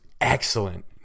excellent